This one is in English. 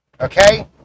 Okay